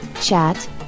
chat